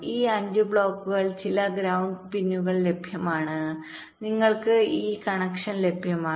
ഈ 5 ബ്ലോക്കുകളിൽ ചില ഗ്രൌണ്ട് പിന്നുകൾ ലഭ്യമാണ് നിങ്ങൾക്ക് ഒരു കണക്ഷൻ ആവശ്യമാണ്